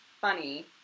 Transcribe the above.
funny